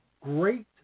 great